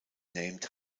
named